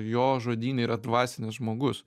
jo žodyne yra dvasinis žmogus